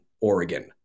Oregon